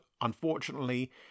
unfortunately